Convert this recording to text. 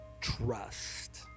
trust